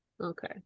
okay